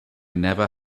never